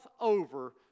over